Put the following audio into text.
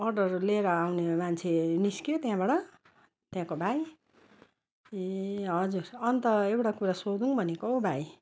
order ल्याएर आउने मान्छे निस्क्यो त्यहाँबाट त्यहाँको भाइ ए हजुर अन्त एउटा कुरा सोधौँ भनेको हौ भाइ